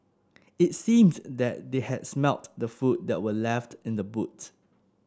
it seemed that they had smelt the food that were left in the boot